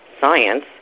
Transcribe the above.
Science